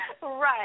Right